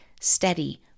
steady